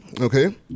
Okay